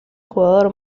jugador